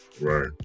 Right